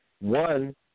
One